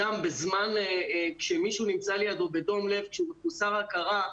גם כשמישהו נמצא לידו בדום לב כשהוא מחוסר הכרה,